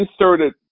inserted